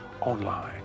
online